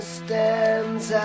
stands